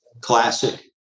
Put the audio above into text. classic